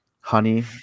honey